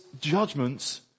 judgments